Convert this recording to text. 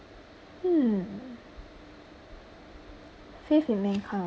hmm faith in mankind